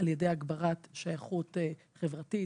על ידי הגברת שייכות חברתית,